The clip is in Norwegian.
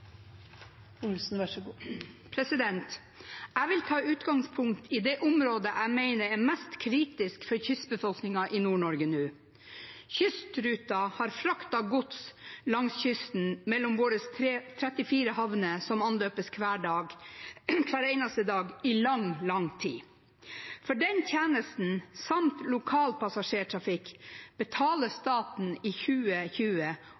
mest kritisk for kystbefolkningen i Nord-Norge nå. Kystruten har fraktet gods langs kysten mellom våre 34 havner som anløpes hver eneste dag, i lang, lang tid. For den tjenesten samt for lokalpassasjertrafikk betaler